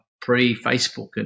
pre-Facebook